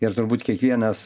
ir turbūt kiekvienas